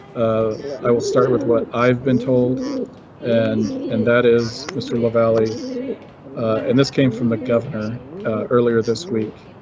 ah i will start with what i've been told and and that is mr lavalley and this came from the governor earlier this week.